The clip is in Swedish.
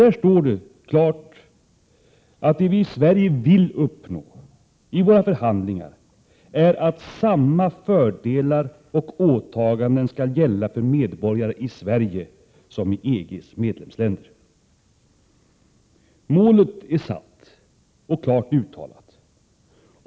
Där står klart utsagt att vad vi i Sverige vill uppnå med våra förhandlingar är att samma fördelar och åtaganden skall gälla för medborgare i Sverige som i EG:s medlemsländer. Målet är satt och klart uttalat.